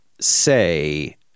say